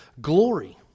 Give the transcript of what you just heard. glory